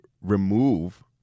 remove